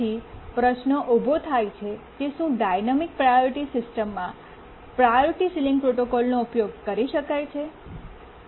પછી પ્રશ્ન ઉભો થાય છે કે શું ડાયનામિક પ્રાયોરિટી સિસ્ટમમાં પ્રાયોરિટી સીલીંગ પ્રોટોકોલનો ઉપયોગ કરી શકાય છે